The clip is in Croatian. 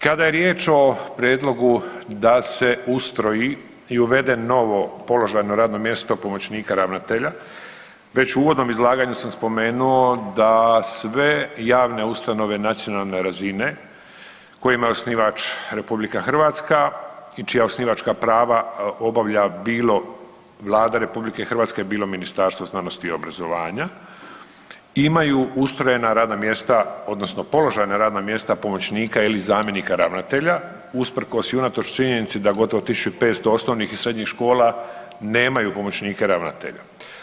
Kada je riječ o prijedlogu da se ustroji i uvede novo položajno radno mjesto pomoćnika ravnatelja, već u uvodnom izlaganju sam spomenuo da sve javne ustanove nacionalne razine kojima je osnivač RH i čija osnivačka prava obavlja bilo Vlada RH, bilo Ministarstvo znanosti i obrazovanja imaju ustrojena radna mjesta odnosno položajna radna mjesta pomoćnika ili zamjenika ravnatelja usprkos i unatoč činjenici da gotovo 1.500 osnovnih i srednjih nemaju pomoćnike ravnatelja.